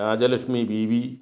Rajalakshmi V V